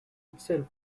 itself